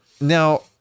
Now